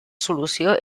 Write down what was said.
solució